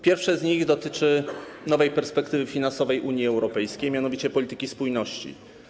Pierwsze z nich dotyczy nowej perspektywy finansowej Unii Europejskiej, mianowicie polityki spójności.